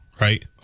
right